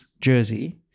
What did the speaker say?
jersey